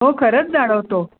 हो खरंच जाणवतो